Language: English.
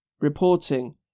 reporting